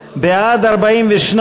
בעד, 42,